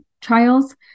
trials